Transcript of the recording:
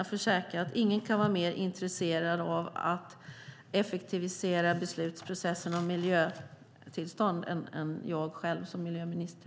Jag försäkrar dock att ingen kan vara mer intresserad av att effektivisera beslutsprocessen om miljötillstånd än jag som miljöminister.